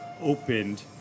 opened